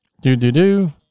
do-do-do